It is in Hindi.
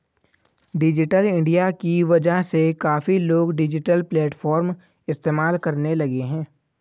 डिजिटल इंडिया की वजह से काफी लोग डिजिटल प्लेटफ़ॉर्म इस्तेमाल करने लगे हैं